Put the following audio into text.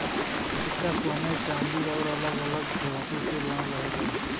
सिक्का सोने चांदी आउर अलग अलग धातु से बनल रहेला